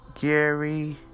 Gary